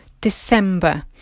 December